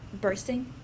bursting